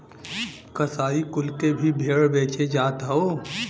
कसाई कुल के भी भेड़ बेचे जात हौ